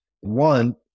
one